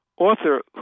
author